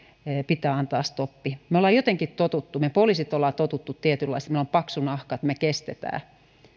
pitää antaa stoppi me olemme jotenkin tottuneet me poliisit olemme tottuneet tietynlaiseen että meillä on paksu nahka että me kestämme